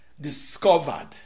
discovered